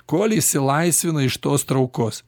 kol išsilaisvina iš tos traukos